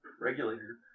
Regulator